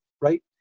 Right